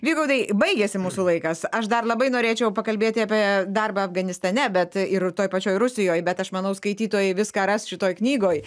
vygaudai baigėsi mūsų laikas aš dar labai norėčiau pakalbėti apie darbą afganistane bet ir toj pačioj rusijoj bet aš manau skaitytojai viską ras šitoj knygoj